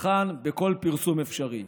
לצרכן בכל פרסום אפשרי.